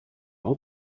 all